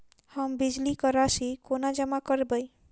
हम बिजली कऽ राशि कोना जमा करबै?